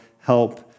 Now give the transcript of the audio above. help